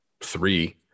three